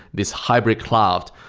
this hybrid cloud,